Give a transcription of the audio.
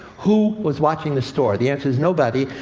who was watching the store? the answer is nobody,